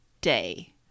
day